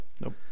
Nope